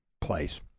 place